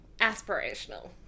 aspirational